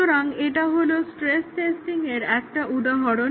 সুতরাং এটা হলো স্ট্রেস টেস্টিংয়ের একটা উদাহরণ